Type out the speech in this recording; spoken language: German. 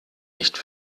nicht